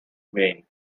vain